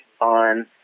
on